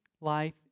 life